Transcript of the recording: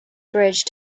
bridge